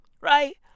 right